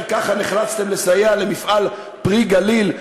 כי ככה נחלצתם לסייע למפעל "פרי הגליל",